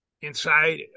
inside